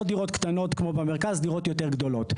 לא דירות קטנות כמו במרכז, דירות יותר גדולות.